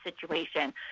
situation